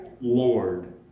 Lord